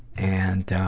and, ah,